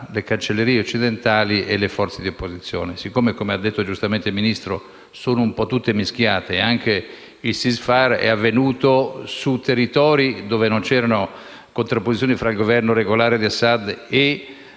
le cancellerie occidentali e le forze di opposizione, visto che - come ha giustamente detto il Ministro - sono tutte mischiate e anche ISIS è avvenuto su territori dove non c'erano contrapposizioni tra il Governo regolare di Assad e